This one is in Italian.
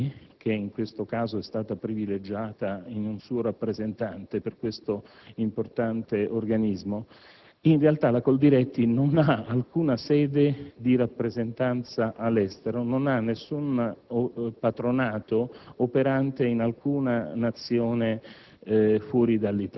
la Coldiretti, che in questo caso è stata privilegiata con un suo rappresentante in questo importante organismo, debbo rilevare che essa non possiede alcuna sede di rappresentanza all'estero, nè alcun patronato operante in nessuna Nazione